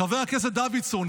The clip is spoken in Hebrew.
חבר הכנסת דוידסון,